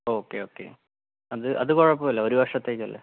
okay okay അത് അതു കുഴപ്പമില്ല ഒരു വർഷത്തേക്കല്ലേ